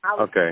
Okay